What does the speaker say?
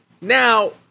Now